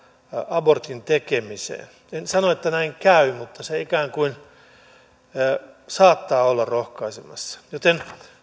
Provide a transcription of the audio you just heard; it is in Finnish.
abortin tekemiseen en sano että näin käy mutta se ikään kuin saattaa olla rohkaisemassa joten